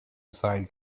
aside